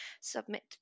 submit